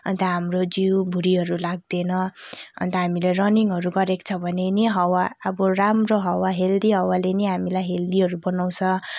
अन्त हाम्रो जिउ भुँडीहरू लाग्दैन अन्त हामीले रनिङहरू गरेको छ भने नि हावा अब राम्रो हावा हेल्दी हावाले नि हामीलाई हेल्दीहरू बनाउँछ